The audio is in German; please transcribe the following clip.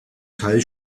teil